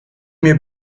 mir